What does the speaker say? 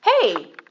Hey